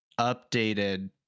updated